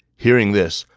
hearing this,